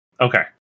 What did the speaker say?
Okay